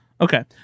Okay